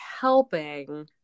helping